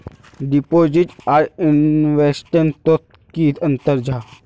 Deposit आर investment तोत की अंतर जाहा?